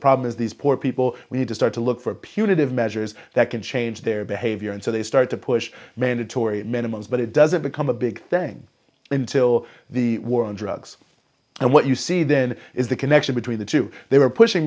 problem is these poor people we need to start to look for punitive measures that can change their behavior and so they start to push mandatory minimums but it doesn't become a big thing until the war on drugs and what you see then is the connection between the two they were pushing